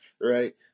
right